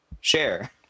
Share